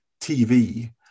tv